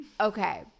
Okay